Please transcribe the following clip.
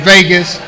Vegas